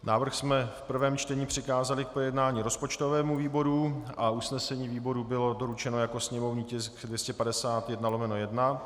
Návrh jsme v prvém čtení přikázali k projednání rozpočtovému výboru a usnesení výboru bylo doručeno jako sněmovní tisk 251/1.